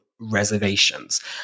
reservations